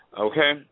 Okay